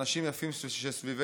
אנשים יפים סביבנו,